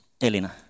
Elena